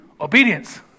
obedience